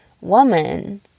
woman